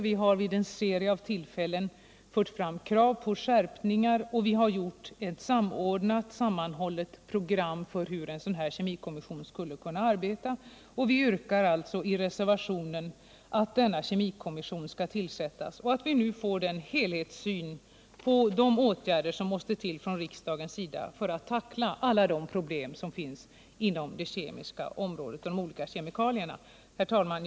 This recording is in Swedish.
Vi har vid en serie av tillfällen fört fram krav på kontrollskärpningar, och vi har gjort upp ett samordnat och sammanhållet program för hur en sådan kemikommission skulle kunna arbeta. Vi yrkar i reservationen att denna kemikommission skall tillsättas och att vi nu får en helhetssyn på de åtgärder som riksdagen skall besluta om för att problemen med de olika kemikalierna skall kunna tacklas liksom alla de problem som finns inom det kemiska området. Herr talman!